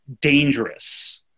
dangerous